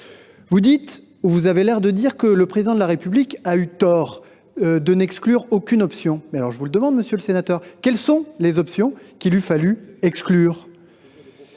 semblez vouloir dire – que le Président de la République a eu tort de n’exclure aucune option. Mais alors, je vous le demande, monsieur le sénateur : quelles sont les options qu’il eût fallu exclure ?